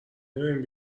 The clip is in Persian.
داریم